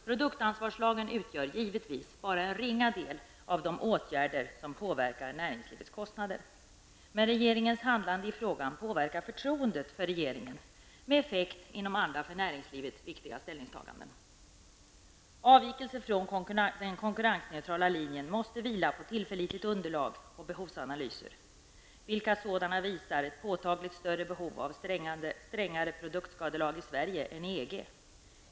Produktansvarslagen utgör givetvis bara en ringa del av de åtgärder som påverkar näringslivets kostnader. Regeringens handlande i frågan påverkar förtroendet för regeringen med effekt inom andra för näringslivet viktiga ställningstaganden. Avvikelser från den konkurrensneutrala linjen måste vila på tillförlitligt underlag och behovsanalyser. Vilka sådana analyser visar ett påtagligt större behov av strängare produktskadelag i Sverige än i EG?